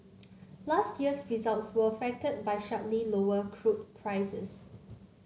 last year's results were affected by sharply lower crude prices